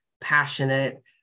passionate